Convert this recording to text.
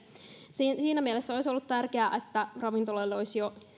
siinä mielessä olisi ollut tärkeää että ravintoloille olisi jo